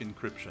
encryption